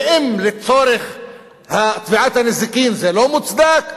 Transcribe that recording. ואם לצורך תביעת הנזיקין זה לא מוצדק,